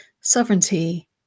Sovereignty